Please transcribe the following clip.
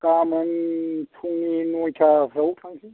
गाबोन फुंनि नयथाफ्रावनो थांनोसै